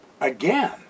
again